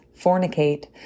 fornicate